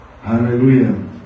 Hallelujah